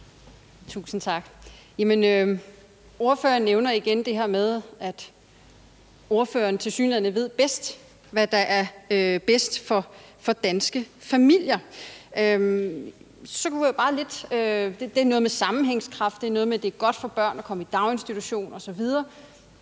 Tusind tak. Ordføreren nævner igen det her med, at ordføreren tilsyneladende bedst ved, hvad der er bedst for danske familier. Det er noget med sammenhængskraft, det er noget med, at det er godt for børn at komme i daginstitution osv.